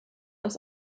aus